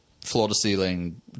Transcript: floor-to-ceiling